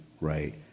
right